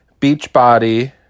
Beachbody